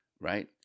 right